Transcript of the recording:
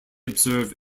observe